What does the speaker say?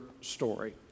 story